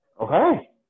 Okay